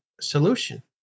solution